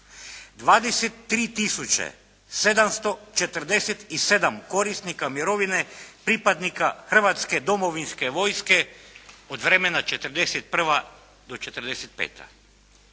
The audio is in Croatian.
23747 korisnika mirovine pripadnika Hrvatske domovinske vojske od vremena '41. do '45.